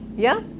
yeah,